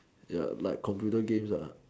ya like computer games uh